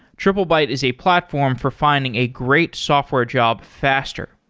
triplebyte is a platform for finding a great software job faster.